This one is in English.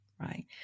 right